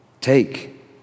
Take